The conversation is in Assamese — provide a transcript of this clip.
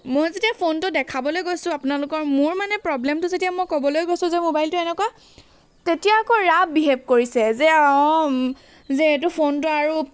মই যেতিয়া ফোনটো দেখাবলৈ গৈছোঁ আপোনালোকৰ মোৰ মানে প্ৰব্লেমটো যেতিয়া মই ক'বলৈ গৈছোঁ যে মোবাইলটো এনেকুৱা তেতিয়া আকৌ ৰাফ বিহেভ কৰিছে যে অঁ যে এইটো ফোনটো আৰু